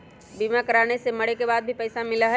बीमा कराने से मरे के बाद भी पईसा मिलहई?